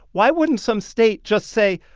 why wouldn't some state just say,